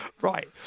right